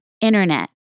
internet